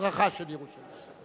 מזרחה של ירושלים.